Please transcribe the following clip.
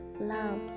Love